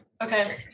Okay